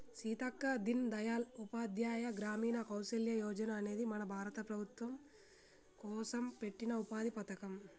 సీతక్క దీన్ దయాల్ ఉపాధ్యాయ గ్రామీణ కౌసల్య యోజన అనేది మన భారత ప్రభుత్వం కోసం పెట్టిన ఉపాధి పథకం